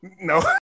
No